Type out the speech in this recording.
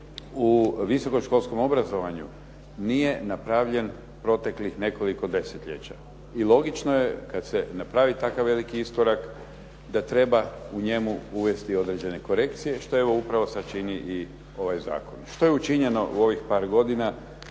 u visokoškolskom obrazovanju nije napravljen proteklih nekoliko desetljeća i logično je kad se napravi takav veliki iskorak da treba u njemu uvesti određene korekcije, što evo upravo sad čini i ovaj zakon. Što je učinjeno u ovih par godina?